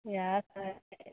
इएह सब छै